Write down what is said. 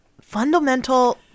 Fundamental